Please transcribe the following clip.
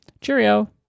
Cheerio